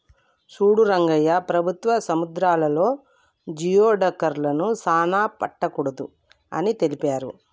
సూడు రంగయ్య ప్రభుత్వం సముద్రాలలో జియోడక్లను సానా పట్టకూడదు అని తెలిపారు